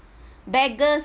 beggars